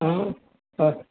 आं